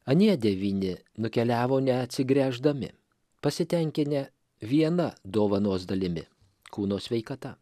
anie devyni nukeliavo neatsigręždami pasitenkinę viena dovanos dalimi kūno sveikata